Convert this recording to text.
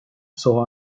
saw